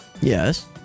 Yes